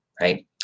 right